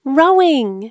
rowing